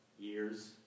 years